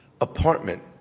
apartment